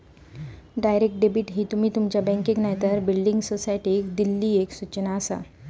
direct debit ही तुमी तुमच्या बँकेक नायतर बिल्डिंग सोसायटीक दिल्लली एक सूचना आसा